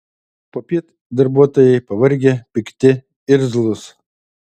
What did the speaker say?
popiet darbuotojai pavargę pikti irzlūs